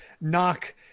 knock